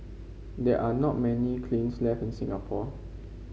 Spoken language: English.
there are not many kilns left in Singapore